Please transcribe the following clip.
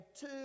two